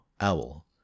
Owl